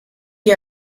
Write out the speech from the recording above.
que